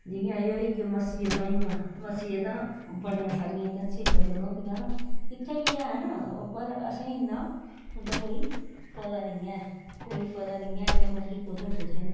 जियां एह् होई गेइयां मस्जिदां होई गेइयां मस्जिदां बड़ियां सारियां जेह्कियां श्रीनगर होंदियां न इत्थैं बी हैन पर असेंई इन्ना उंदा कोई पता नी ऐ कोई पता नी ऐ कि मतलब कुत्थै कुत्थै न